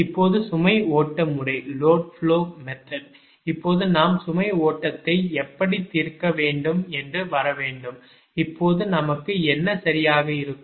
இப்போது சுமை ஓட்ட முறை இப்போது நாம் சுமை ஓட்டத்தை எப்படி தீர்க்க வேண்டும் என்று வர வேண்டும் இப்போது நமக்கு என்ன சரியாக இருக்கும்